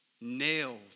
nailed